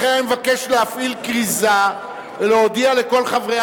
לכן אני מבקש להפעיל כריזה ולהודיע לכל חברי